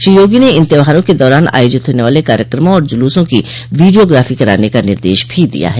श्री योगी ने इन त्यौहारों के दौरान आयोजित होने वाले कार्यक्रमों और जुलूसों की वीडियोग्राफो कराने का निर्देश भी दिया है